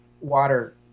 water